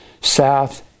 south